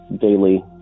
daily